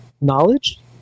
knowledge